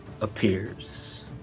appears